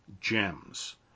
gems